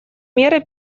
меры